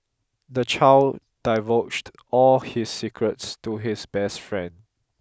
the child divulged all his secrets to his best friend